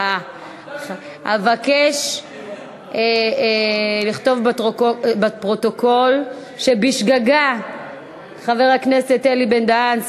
אבקש לכתוב בפרוטוקול שחבר הכנסת אלי בן-דהן,